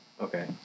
Okay